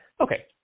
Okay